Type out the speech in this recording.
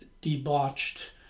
debauched